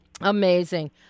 Amazing